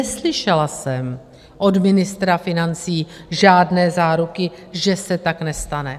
Neslyšela jsem od ministra financí žádné záruky, že se tak nestane.